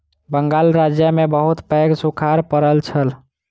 बंगाल राज्य में बहुत पैघ सूखाड़ पड़ल छल